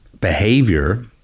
behavior